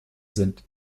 sind